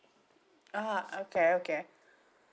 ah okay okay